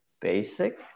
basic